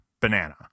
Banana